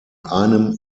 einem